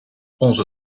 onze